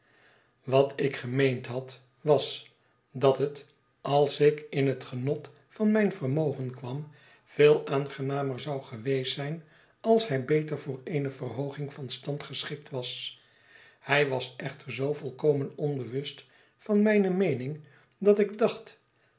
wat ik gemeend had was dat het als ik in het genot van mijn vermogen kwam veel aangenamer zou geweest zijn als hij beter voor eene verhooging van stand geschikt was hij was echter zoo volkomen onbewust van mijne meening dat ik dacht